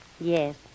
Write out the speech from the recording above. Yes